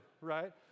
right